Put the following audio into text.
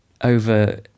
over